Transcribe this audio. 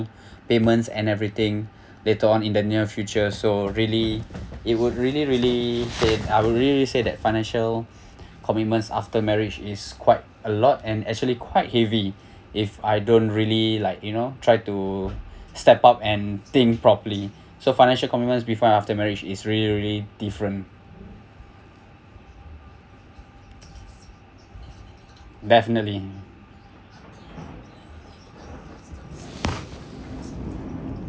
payments and everything later on in the near future so really it would really really said I will really really said that financial commitments after marriage is quite a lot and actually quite heavy if I don't really like you know try to step up and think properly so financial before and after marriage is really really different definitely